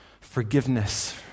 forgiveness